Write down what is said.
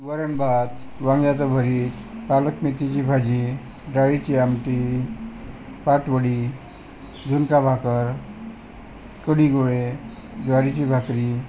वरणभात वांग्याचं भरीत पालक मेथीची भाजी डाळीची आमटी पाटवडी झुणका भाकर कडीगोळे ज्वारीची भाकरी